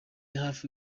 hafi